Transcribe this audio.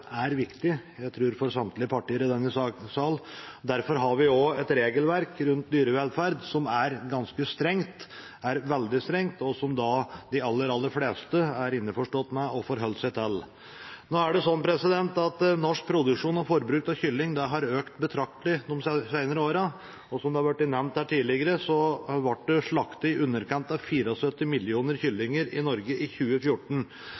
er viktig å understreke at dyrevelferd er viktig – jeg tror for samtlige partier i denne salen. Derfor har vi også et regelverk om dyrevelferd som er veldig strengt, og som de aller fleste er innforstått med og forholder seg til. Norsk produksjon og forbruk av kylling har økt betraktelig de senere årene. Og som det har vært nevnt her tidligere, ble det slaktet i underkant av 74 millioner kyllinger i Norge i 2014.